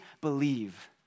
believe